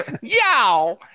yow